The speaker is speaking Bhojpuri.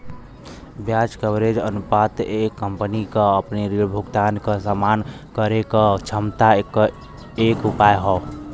ब्याज कवरेज अनुपात एक कंपनी क अपने ऋण भुगतान क सम्मान करे क क्षमता क एक उपाय हौ